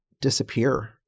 disappear